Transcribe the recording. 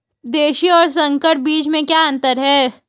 देशी और संकर बीज में क्या अंतर है?